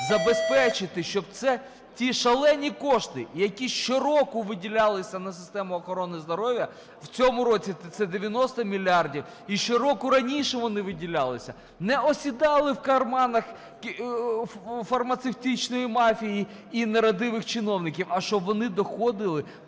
забезпечити, щоб ті шалені кошти, які щороку виділялися на систему охорони здоров'я – в цьому році це 90 мільярдів, і щороку раніше вони виділялися, – не осідали в карманах фармацевтичної мафії і нерадивих чиновників, а щоб вони доходили до